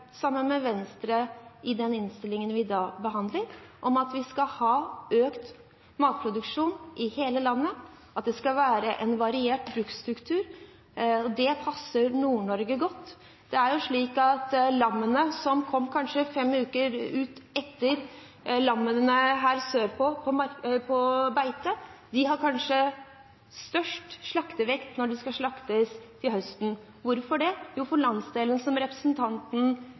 sammen med Fremskrittspartiet, sammen med Høyre, sammen med Venstre i den innstillingen vi i dag behandler, om at vi skal ha økt matproduksjon i hele landet, og at det skal være en variert bruksstruktur, noe som passer Nord-Norge godt. Lammene som kanskje kom ut på beite fem uker etter lammene her sørpå, har kanskje størst slaktevekt når de skal slaktes til høsten. Hvorfor det? Jo, for landsdelen som representanten